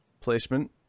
placement